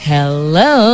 Hello